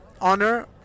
Honor